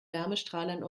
wärmestrahlern